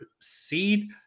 seed